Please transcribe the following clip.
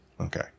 Okay